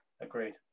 Agreed